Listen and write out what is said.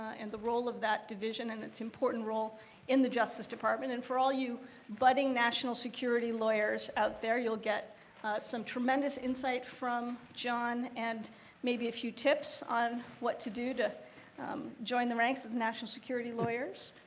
and the role of that division, and its important role in the justice department. and for all you budding national security lawyers out there you'll get some tremendous insight from john, and maybe a few tips on what to do to join the ranks of the national security lawyers.